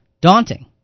daunting